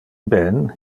ben